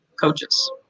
coaches